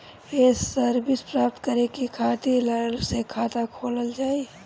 ये सर्विस प्राप्त करे के खातिर अलग से खाता खोलल जाइ?